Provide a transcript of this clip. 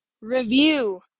review